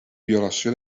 violació